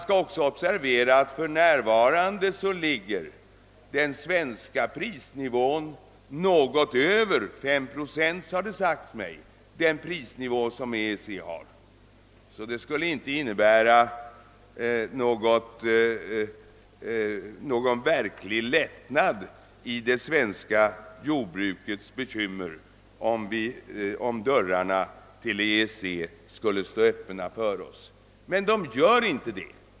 Vidare skall man observera att den svenska prisnivån för närvarande ligger något över prisnivån i EEC, man har sagt mig 5 procent över. Det skulle sålunda inte innebära någon reell lättnad i det svenska jordbrukets bekymmer, om dörrarna till EEC öppnades för oss — vilket de inte gör.